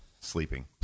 sleeping